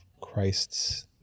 christ's